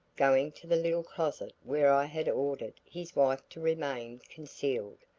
going to the little closet where i had ordered his wife to remain concealed,